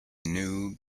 new